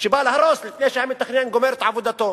שבא להרוס לפני שהמתכנן גומר את עבודתו,